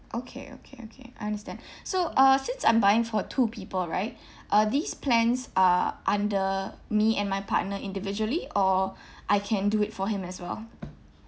okay okay okay I understand so uh since I'm buying for two people right uh these plans are under me and my partner individually or I can do it for him as well